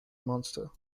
monster